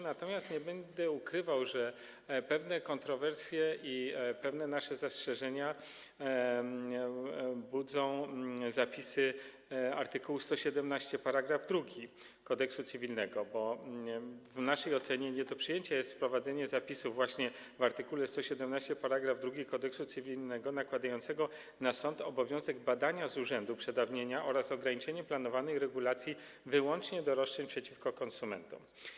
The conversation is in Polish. Natomiast nie będę ukrywał, że pewne kontrowersje i pewne nasze zastrzeżenia budzą zapisy art. 117 § 2 Kodeksu cywilnego, bo w naszej ocenie nie do przyjęcia jest wprowadzenie właśnie w art. 117 § 2 Kodeksu cywilnego zapisu nakładającego na sąd obowiązek badania z urzędu przedawnienia oraz ograniczenie planowanej regulacji wyłącznie do roszczeń przeciwko konsumentom.